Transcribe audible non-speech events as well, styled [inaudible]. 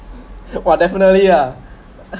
!wah! definitely ah [laughs]